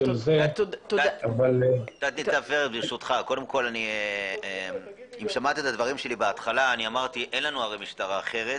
-- תת ניצב פרץ, אמרתי שאין לנו משטרה אחרת,